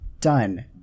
done